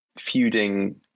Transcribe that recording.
feuding